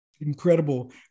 incredible